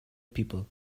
people